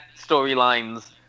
storylines